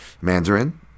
Mandarin